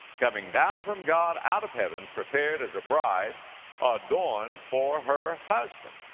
coming down from god out of heaven, prepared as a bride adorned for her husband.